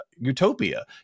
utopia